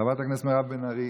חברת הכנסת מרב בן ארי,